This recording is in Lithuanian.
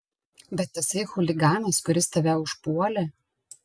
bet tasai chuliganas kuris tave užpuolė